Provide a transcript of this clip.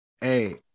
hey